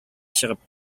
чыгып